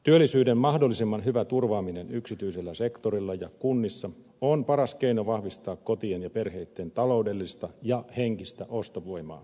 työllisyyden mahdollisimman hyvä turvaaminen yksityisellä sektorilla ja kunnissa on paras keino vahvistaa kotien ja perheitten taloudellista ja henkistä ostovoimaa